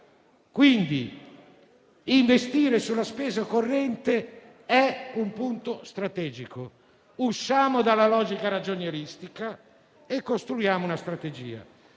investire sulla spesa corrente è un punto strategico. Usciamo dalla logica ragionieristica e costruiamo una strategia.